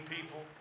people